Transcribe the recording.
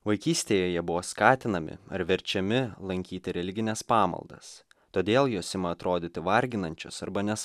vaikystėje jie buvo skatinami ar verčiami lankyti religines pamaldas todėl jos ima atrodyti varginančios arba nes